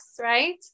right